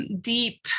Deep